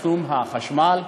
תשלום החשמל,